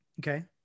Okay